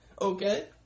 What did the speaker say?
Okay